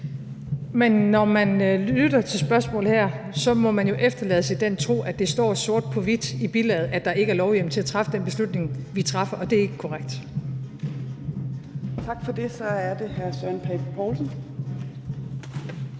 Når man lytter til spørgsmålet her, må man jo efterlades i den tro, at det står sort på hvidt i bilaget, at der ikke er lovhjemmel til at træffe den beslutning, vi traf, og det er ikke korrekt. Kl. 14:49 Fjerde næstformand